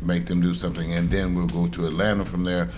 make them do something. and then we'll go to atlanta from there.